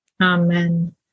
amen